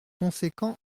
conséquent